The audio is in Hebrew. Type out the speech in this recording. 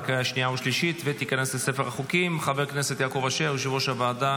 בעד, תשעה, אין מתנגדים.